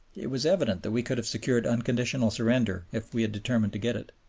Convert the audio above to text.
it was evident that we could have secured unconditional surrender if we had determined to get it.